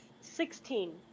Sixteen